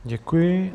Děkuji.